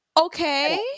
okay